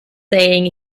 saying